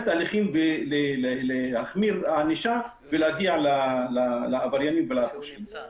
תהליכים ולהחמיר את הענישה כדי להגיע לעבריינים ולהעניש אותם.